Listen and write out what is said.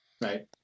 Right